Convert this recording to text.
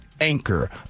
anchor